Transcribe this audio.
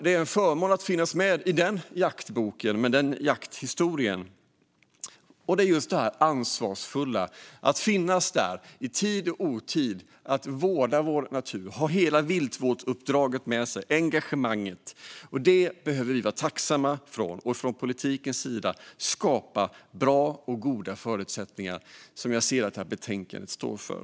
Det är en förmån att finnas med i jaktboken med den jakthistorien. Det handlar om att vara ansvarsfull och att finnas där i tid och otid, att vårda vår natur och att ha hela viltvårdsuppdraget och engagemanget med sig. Detta behöver vi vara tacksamma för och från politikens sida skapa sådana bra och goda förutsättningar som jag ser att betänkandet står för.